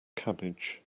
cabbage